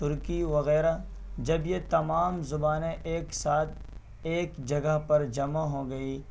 ترکی وغیرہ جب یہ تمام زبانیں ایک ساتھ ایک جگہ پر جمع ہو گئیں